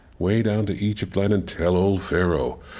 way down to egypt land and tell old pharaoh,